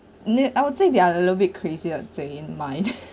ne~ I would say they're a little bit crazy I'd say in mind